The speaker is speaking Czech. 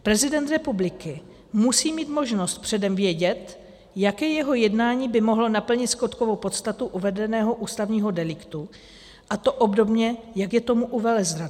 Prezident republiky musí mít možnost předem vědět, jaké jeho jednání by mohlo naplnit skutkovou podstatu uvedeného ústavního deliktu, a to obdobně, jak je tomu u velezrady.